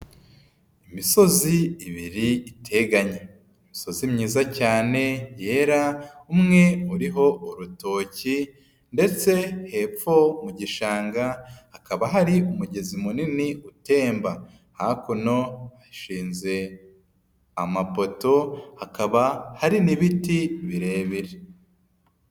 Imisozi ibiri iteganye, imisozi myiza cyane yera umwe uriho urutoki ndetse hepfo mu gishanga hakaba hari umugezi munini utemba, hakuno hashinze amapoto, hakaba hari n'ibiti birebire.